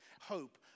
hope